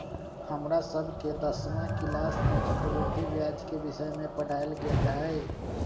हमरा सभके दसमा किलास में चक्रवृद्धि ब्याज के विषय में पढ़ायल गेल रहै